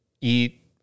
eat